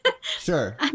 Sure